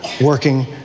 working